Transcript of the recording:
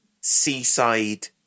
seaside